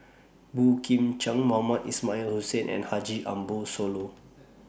Boey Kim Cheng Mohamed Ismail Hussain and Haji Ambo Sooloh